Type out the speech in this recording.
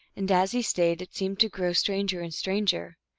and as he stayed it seemed to grow stranger and stranger.